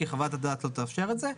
כי חוות הדעת לא תאפשר את זה.